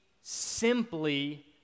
simply